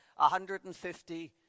150